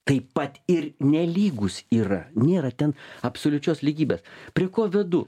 taip pat ir nelygūs yra nėra ten absoliučios lygybės prie ko vedu